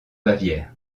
bavière